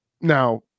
Now